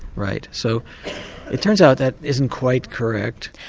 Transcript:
right. so it turns out that isn't quite correct.